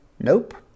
Nope